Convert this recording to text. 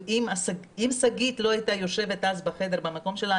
ואם שגית לא הייתה יושבת אז בחדר במקום שלה,